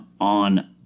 on